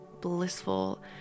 blissful